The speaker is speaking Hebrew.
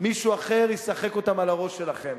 מישהו אחר ישחק אותם על הראש שלכם.